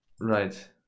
Right